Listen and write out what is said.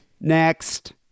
Next